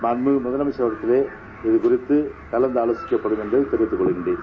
மாண்புமிகு முதலமைச்சர் அவர்களிடையே இதுகுறித்து கலந்தாலோசிக்கப்படும் என்று தெரிவித்துக் கொள்கிறேன்